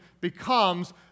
becomes